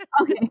Okay